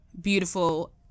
beautiful